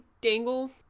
Dangle